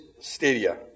stadia